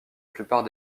plupart